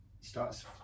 Starts